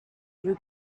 you